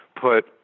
put